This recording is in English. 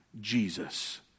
Jesus